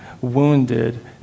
wounded